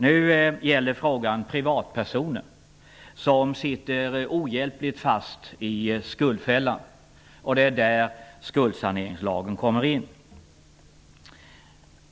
Nu gäller frågan privatpersoner som är ohjälpligt fast i skuldfällan. Det är där skuldsaneringslagen kommer in.